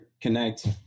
connect